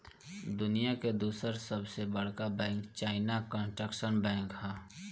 दुनिया के दूसर सबसे बड़का बैंक चाइना कंस्ट्रक्शन बैंक ह